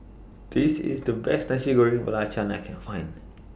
This IS The Best Nasi Goreng Belacan I Can Find